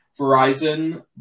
Verizon